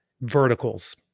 verticals